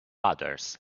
others